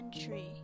entry